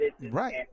right